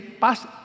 past